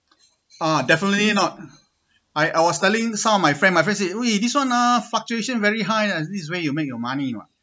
ah definitely not I I was telling some of my friend my friend said this one ah fluctuation very high leh this is where you make your money mah